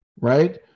right